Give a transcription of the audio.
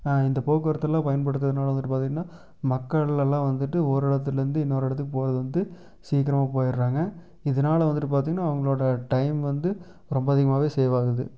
இந்த போக்குவரத்தெல்லாம் பயன்படுத்துறதுனால வந்துவிட்டு பாத்திங்கனா மக்கள்லெல்லாம் வந்துவிட்டு ஒரு இடத்துலந்து இன்னொரு இடத்துக்கு போகறது வந்து சீக்கிரமா போயிடுறாங்க இதனால வந்துவிட்டு பாத்திங்கனா அவங்களோட டைம் வந்து ரொம்ப அதிகமாகவே சேவ் ஆகுது